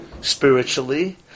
Spiritually